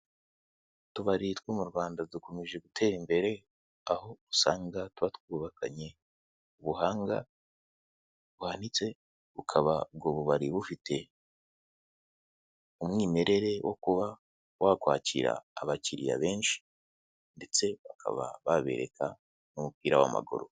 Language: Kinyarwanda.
Utubari two m'u Rwanda dukomeje gutera imbere aho usanga twaba twubakanye ubuhanga buhanitse bukaba ubwo bubari bufite umwimerere wo kuba wakwakira abakiriya benshi ndetse bakaba babereka n'umupira w'amaguru.